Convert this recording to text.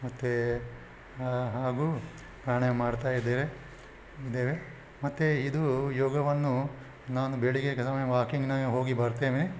ಮತ್ತೆ ಹಾಗೂ ಪ್ರಾಣಾಯಾಮ ಮಾಡ್ತಾಯಿದ್ದೇವೆ ಇದ್ದೇವೆ ಮತ್ತೆ ಇದು ಯೋಗವನ್ನು ನಾನು ಬೆಳಗ್ಗೆ ಕೆಲವೊಮ್ಮೆ ವಾಕಿಂಗ್ ನಾನು ಹೋಗಿ ಬರ್ತೇನೆ